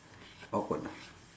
awkward ah